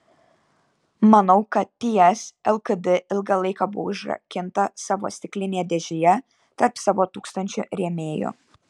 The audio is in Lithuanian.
manau kad ts lkd ilgą laiką buvo užrakinta savo stiklinėje dėžėje tarp savo tūkstančių rėmėjų